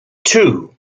two